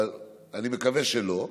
אני מקווה שלא,